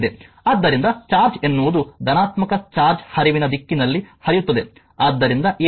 ಆದ್ದರಿಂದ ಚಾರ್ಜ್ ಎನ್ನುವುದು ಧನಾತ್ಮಕ ಚಾರ್ಜ್ನ ಹರಿವಿನ ದಿಕ್ಕಿನಲ್ಲಿ ಹರಿಯುತ್ತದೆಆದ್ದರಿಂದ ಈ ರೀತಿ